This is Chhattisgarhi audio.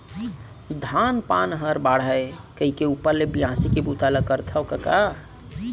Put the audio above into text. धान पान हर बाढ़य कइके ऊपर ले बियासी के बूता ल करथव कका